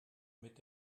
mit